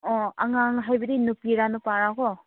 ꯑꯣ ꯑꯉꯥꯡ ꯍꯥꯏꯕꯗꯤ ꯅꯨꯄꯤꯔꯥ ꯅꯨꯄꯥꯔꯀꯣ